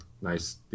nice